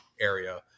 area